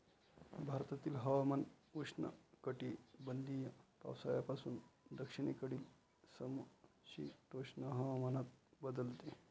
भारतातील हवामान उष्णकटिबंधीय पावसाळ्यापासून दक्षिणेकडील समशीतोष्ण हवामानात बदलते